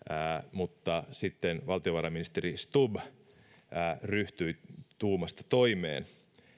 mutta sitten valtiovarainministeri stubb ryhtyi tuumasta toimeen